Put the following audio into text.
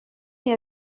est